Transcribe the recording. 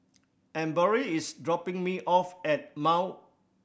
Emory is dropping me off at